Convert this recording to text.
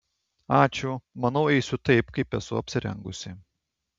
ačiū manau eisiu taip kaip esu apsirengusi